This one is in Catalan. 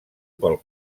pel